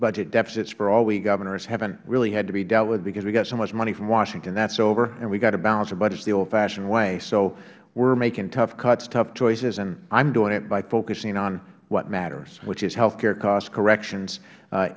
budget deficits for all we governors havent really had to be dealt with because we got so much money from washington that is over and we have to balance the budgets the old fashioned way so we are making tough cuts tough choices and i am doing it by focusing on what matters which is health care costs corrections